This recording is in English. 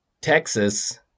Texas